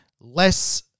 less